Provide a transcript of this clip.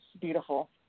beautiful